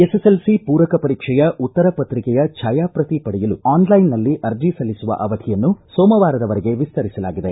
SSLC ಪೂರಕ ಪರೀಕ್ಷೆಯ ಉತ್ತರ ಪಕ್ರಿಕೆಯ ಭಾಯಾಪ್ರತಿ ಪಡೆಯಲು ಆನ್ಲೈನ್ನಲ್ಲಿ ಅರ್ಜಿ ಸಲ್ಲಿಸುವ ಅವಧಿಯನ್ನು ಸೋಮವಾರದ ವರೆಗೆ ವಿಸ್ತರಿಸಲಾಗಿದೆ